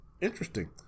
Interesting